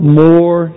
more